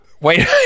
Wait